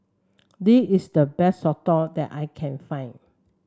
this is the best soto that I can find